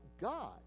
God